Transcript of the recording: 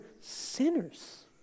sinners